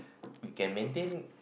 we can maintain